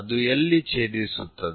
ಅದು ಎಲ್ಲಿ ಛೇದಿಸುತ್ತದೆ